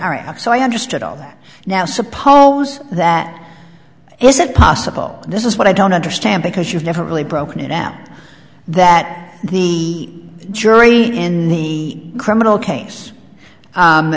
iraq so i understood all that now suppose that is it possible this is what i don't understand because you've never really broken it out that the jury in the criminal case